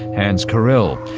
hans korel.